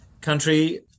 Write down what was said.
country